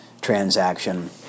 transaction